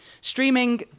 Streaming